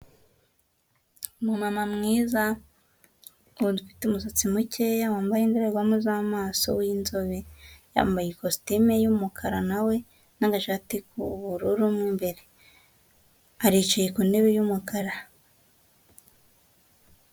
Umumama mwiza ufite umusatsi mukeya, wambaye indorerwamo z'amaso w'inzobe, yambaye ikositime y'umukara nawe n'agashati k'ubururu mu imbere, aricaye ku ntebe y'umukara.